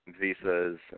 visas